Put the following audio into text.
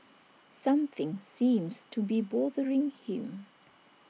something seems to be bothering him